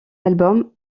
album